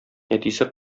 әтисе